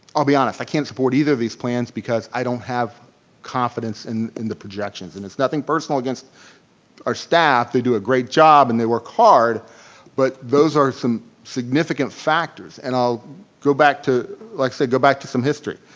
i'll be honest, i can't support either of these plans because i don't have confidence in in the projections. and it's nothing personal against our staff, they do a great job and they work hard but those are some significant factors and i'll go back to like say go back to some history.